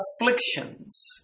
afflictions